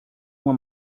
uma